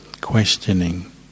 questioning